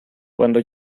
cuando